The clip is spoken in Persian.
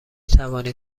توانید